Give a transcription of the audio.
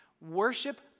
Worship